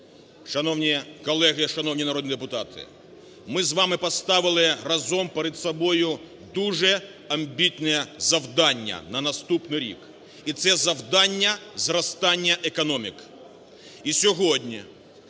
Шановні колеги, шановні народні депутати, ми з вами поставили разом перед собою дуже амбітне завдання на наступний рік, і це завдання – зростання економіки.